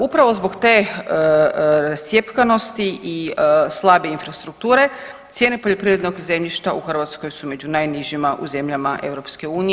Upravo zbog te rascjepkanosti i slabe infrastrukture cijene poljoprivrednog zemljišta u Hrvatskoj su među najnižima u zemljama EU.